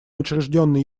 учрежденной